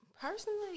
personally